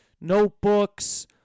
notebooks